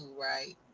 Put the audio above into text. right